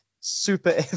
super